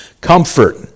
Comfort